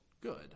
good